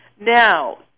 Now